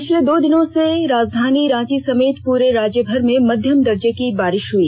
पिछले दो दिनों से राजधानी रांची समेत पूरे राज्यभर में मध्यम दर्जे की बारिष हुई